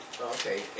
Okay